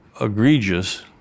egregious